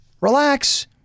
relax